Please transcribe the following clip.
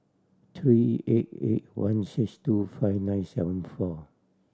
three eight eight one six two five nine seven four